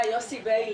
יוסי ביילין,